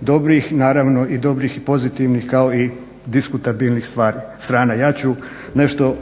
dobrih, naravno i dobrih i pozitivnih kao i diskutabilnih strana. Ja ću nešto,